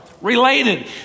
related